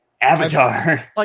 Avatar